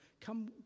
come